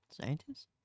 scientists